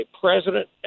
president